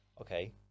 okay